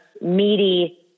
meaty